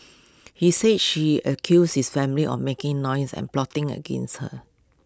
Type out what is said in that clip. he said she accused his family or making noise and plotting against her